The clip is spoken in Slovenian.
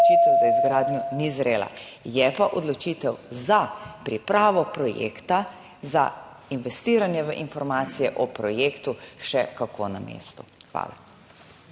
odločitev za izgradnjo ni zrela, je pa odločitev za pripravo projekta za investiranje v informacije o projektu še kako na mestu. Hvala.